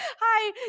hi